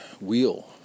wheel